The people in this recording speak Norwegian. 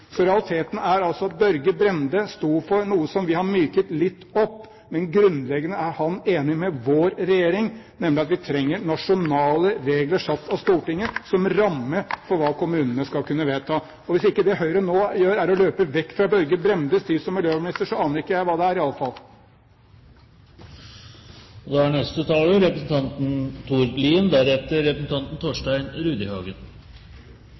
opp, men grunnleggende var han enig med vår regjering, nemlig at vi trenger nasjonale regler satt av Stortinget som ramme for hva kommunene skal kunne vedta. Og hvis ikke det Høyre nå gjør, er å løpe vekk fra Børge Brendes tid som miljøvernminister, så aner jeg ikke hva det